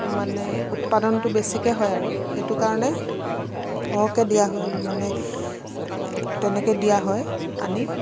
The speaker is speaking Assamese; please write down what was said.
মানে উৎপাদনটো বেছিকে হয় আৰু সেইটো কাৰণে সৰহকে দিয়া হয় মানে তেনেকে দিয়া হয় আনি